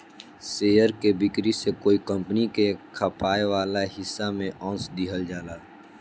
share के बिक्री से कोई कंपनी के खपाए वाला हिस्सा में अंस दिहल जाला